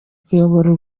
kuyobora